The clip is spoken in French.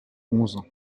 onze